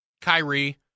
Kyrie